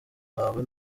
hawe